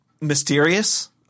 mysterious